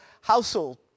household